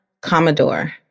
Commodore